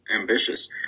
ambitious